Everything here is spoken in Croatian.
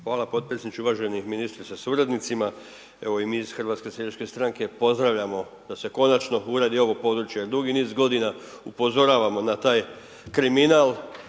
Hvala potpredsjedniče i uvaženi ministre sa suradnicima. Evo i mi iz Hrvatske seljačke stranke pozdravljamo da se konačno uredi ovo područje jer dugi niz godina upozoravamo na taj kriminal,